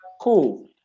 cool